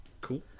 Cool